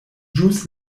ĵus